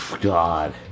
God